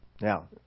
Now